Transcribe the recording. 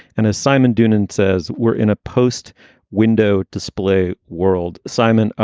and as simon doonan says, we're in a post window display world. simon,